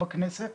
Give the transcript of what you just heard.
לא בורחים מבחינת